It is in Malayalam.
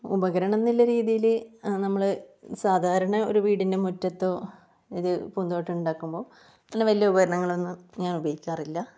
ഉപകരണമെന്നുള്ള രീതിയില് അ നമ്മള് സാധാരണ ഒരു വീടിൻ്റെ മുറ്റത്തോ ഇത് പൂന്തോട്ടം ഉണ്ടാക്കുമ്പോൾ അങ്ങനെ വലിയ ഉപകരണങ്ങളൊന്നും ഞാൻ ഉപയോഗിക്കാറില്ല